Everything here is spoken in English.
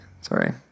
sorry